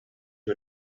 who